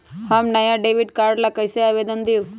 हम नया debit card ला कईसे आवेदन दिउ?